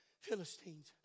Philistines